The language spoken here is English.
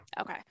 Okay